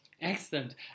Excellent